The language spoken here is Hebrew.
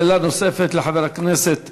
שאלה נוספת לחבר הכנסת